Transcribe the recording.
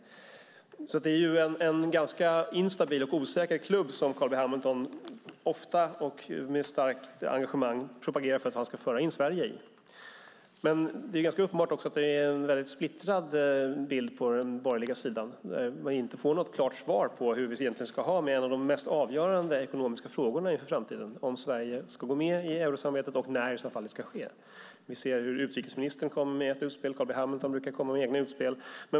Det är alltså en ganska instabil och osäker klubb som Carl B Hamilton ofta och med starkt engagemang propagerar för att han ska föra in Sverige i. Det är dock ganska uppenbart att det är en väldigt splittrad bild på den borgerliga sidan och att vi inte får något klart svar på hur vi egentligen ska ha det med en av de mest avgörande frågorna inför framtiden, nämligen om Sverige ska gå med i eurosamarbetet och när det i så fall ska ske. Vi ser hur utrikesministern kommer med ett utspel, och Carl B Hamilton brukar komma med egna utspel.